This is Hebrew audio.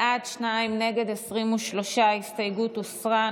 בעד, שניים, נגד, 23. ההסתייגות הוסרה.